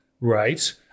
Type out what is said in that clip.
Right